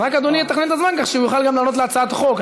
רק אדוני יתכנן את הזמן כך שהוא יוכל גם לענות להצעת החוק.